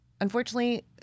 unfortunately